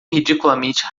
ridiculamente